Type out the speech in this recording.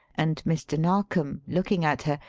and mr. narkom, looking at her,